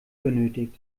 benötigt